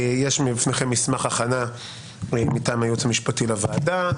יש לפניכם מסמך הכנה מטעם היועץ המשפטי לוועדה,